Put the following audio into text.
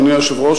אדוני היושב-ראש,